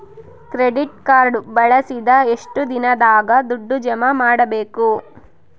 Credit card ಬಳಸಿದ ಎಷ್ಟು ದಿನದಾಗ ದುಡ್ಡು ಜಮಾ ಮಾಡ್ಬೇಕು?